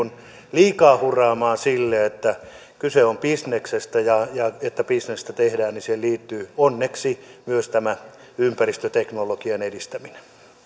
liikaa hurraamaan sille kyse on bisneksestä ja ja kun bisnestä tehdään niin siihen liittyy onneksi myös tämä ympäristöteknologian edistäminen